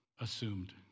assumed